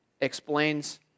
explains